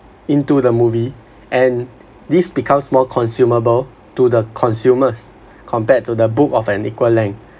into the movie and this becomes more consumable to the consumers compared to the book of an equal length